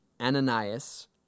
Ananias